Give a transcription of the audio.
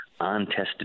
untested